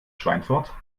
schweinfurt